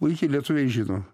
puikiai lietuviai žino